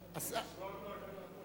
המשרד להגנת העורף.